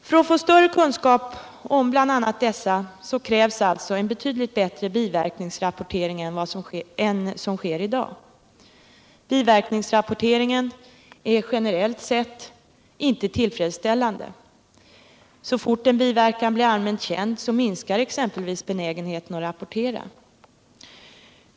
För att få större kunskap om bl.a. dessa krävs alltså en betydligt bättre biverkningsrapportering än vad som sker i dag. Biverkningsrapporteringen är generellt sett inte tillfredsställande. Så fort någon biverkan blir allmänt känd minskar exempelvis benägenheten att rapportera!